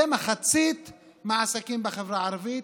זה מחצית מהעסקים בחברה הערבית,